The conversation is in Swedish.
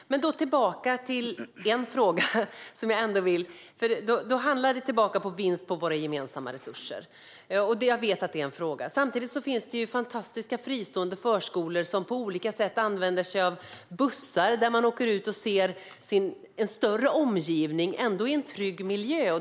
Jag går tillbaka till frågan om vinst på våra gemensamma resurser. Jag vet att det är en fråga. Samtidigt finns det fantastiska fristående förskolor som på olika sätt använder sig av bussar där man åker ut och ser en större omgivning där barnen ändå är i en trygg miljö.